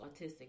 autistic